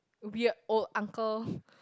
weird old uncle